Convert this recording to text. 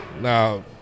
now